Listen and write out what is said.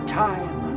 time